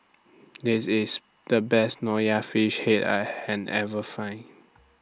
This IS The Best Nonya Fish Head I had Ever Find